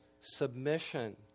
submission